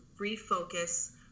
refocus